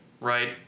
right